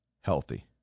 healthy